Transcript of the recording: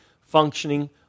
functioning